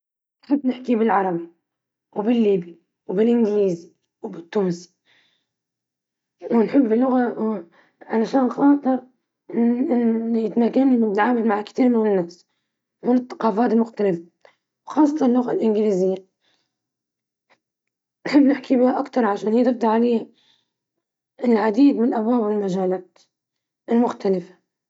أستطيع التحدث باللغة الإنجليزية والليبية، أحب التحدث باللغة الإنجليزية لأنها تتيح لي التواصل مع ثقافات مختلفة واكتساب المعرفة، بينما اللغة الليبية ترتبط بأصولي الثقافية وعائلتي.